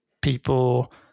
people